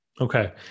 Okay